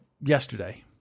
yesterday